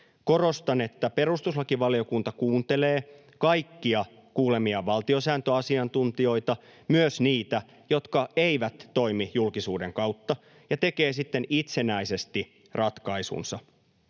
Korostan, että perustuslakivaliokunta kuuntelee kaikkia kuulemiaan valtiosääntöasiantuntijoita, myös niitä, jotka eivät toimi julkisuuden kautta, ja tekee sitten itsenäisesti ratkaisunsa.